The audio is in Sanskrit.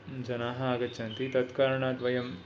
जनाः आगच्छन्ति तत् कारणात् वयं